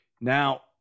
Now